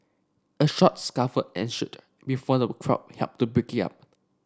a short scuffle ensued before the crowd helped to break it up